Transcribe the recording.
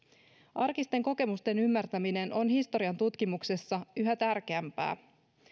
arkisten kokemusten ymmärtäminen on historiantutkimuksessa yhä tärkeämpää